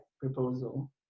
proposal